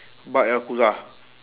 bak yakuza